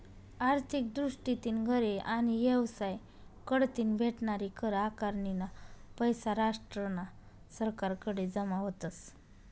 आर्थिक दृष्टीतीन घरे आणि येवसाय कढतीन भेटनारी कर आकारनीना पैसा राष्ट्रना सरकारकडे जमा व्हतस